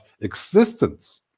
existence